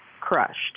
crushed